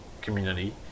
community